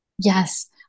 Yes